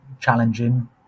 challenging